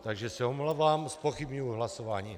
Takže se omlouvám a zpochybňuji hlasování.